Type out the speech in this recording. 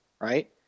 right